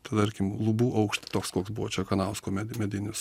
tarkim lubų aukštį toks koks buvo čekanausko medinis